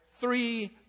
Three